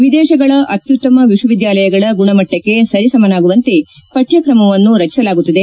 ವಿದೇಶಗಳ ಅತ್ತುತಮ ವಿಶ್ವವಿದ್ಯಾಲಯಗಳ ಗುಣಮಟ್ಟಕ್ಕೆ ಸರಿಸಮನಾಗುವಂತೆ ಪಕ್ಷಕ್ರಮವನ್ನು ರಚಿಸಲಾಗುತ್ತದೆ